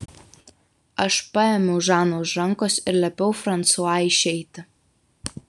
aš paėmiau žaną už rankos ir liepiau fransua išeiti